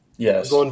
Yes